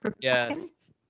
Yes